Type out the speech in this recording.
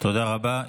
תודה רבה.